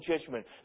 judgment